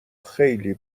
خیلی